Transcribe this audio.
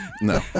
No